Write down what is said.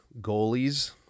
goalies